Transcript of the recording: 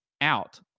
out